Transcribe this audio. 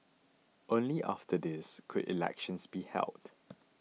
only after this could elections be held